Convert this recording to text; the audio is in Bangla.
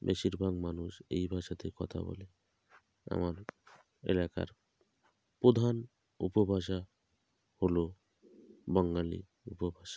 বেশিরভাগ মানুষ এই ভাষাতে কথা বলে আমার এলাকার প্রধান উপভাষা হলো বঙ্গালী উপভাষা